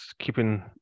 keeping